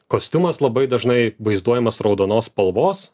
kostiumas labai dažnai vaizduojamas raudonos spalvos